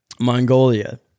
Mongolia